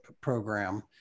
program